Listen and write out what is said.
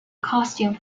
costume